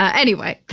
ah anyway.